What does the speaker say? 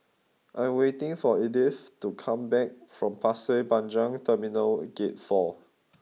I'm waiting for Edith to come back from Pasir Panjang Terminal Gate four